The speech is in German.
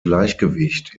gleichgewicht